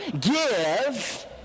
give